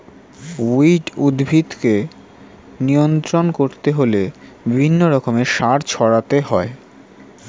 weed উদ্ভিদকে নিয়ন্ত্রণ করতে হলে বিভিন্ন রকমের সার ছড়াতে হয়